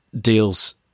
deals